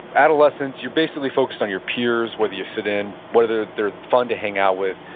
adolescence you're basically focused on your peers, whether you fit in, whether they're fun to hang out with,